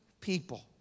people